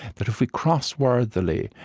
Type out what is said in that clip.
that if we cross worthily,